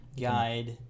guide